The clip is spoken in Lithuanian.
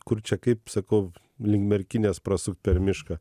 kur čia kaip sakau link merkinės prasukt per mišką